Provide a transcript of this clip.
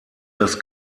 das